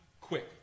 quick